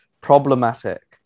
problematic